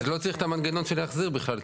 אז לא צריך את המנגנון של להחזיר בכלל,